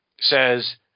says